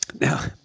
Now